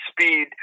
speed